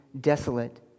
desolate